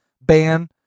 ban